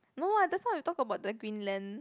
no [what] just now we talk about the Greenland